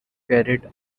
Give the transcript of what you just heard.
carried